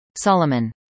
Solomon